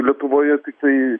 lietuvoje tiktai